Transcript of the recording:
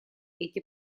эти